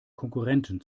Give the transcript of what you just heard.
konkurrenten